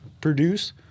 produce